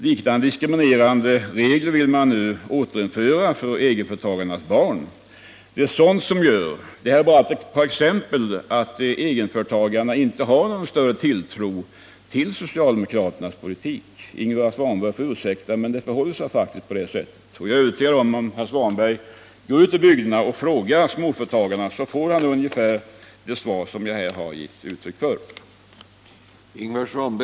Liknande diskriminerande regler vill man nu återinföra för egenföretagarnas barn. Det är bara ett par exempel på att egenföretagarna inte kan ha någon större tilltro till socialdemokraternas politik. Ingvar Svanberg får ursäkta, men det förhåller sig faktiskt på det sättet. Jag är övertygad om att Ingvar Svanberg får ungefär det svar som det jag här har gett om han frågar småföretagarna ute i bygderna vad de anser och socialdemokraternas näringspolitik.